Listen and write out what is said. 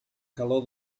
calor